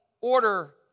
order